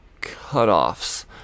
cutoffs